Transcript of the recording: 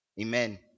Amen